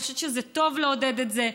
אני חושבת שזה טוב לעודד את זה.